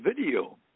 video